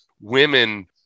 women